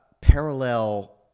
parallel